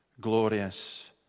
glorious